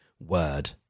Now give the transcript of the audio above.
word